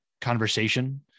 conversation